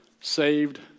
saved